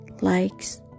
likes